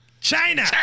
China